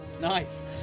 nice